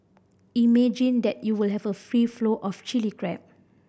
imagine that you will have a free flow of Chilli Crab